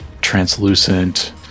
translucent